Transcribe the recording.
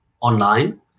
online